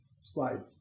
Slide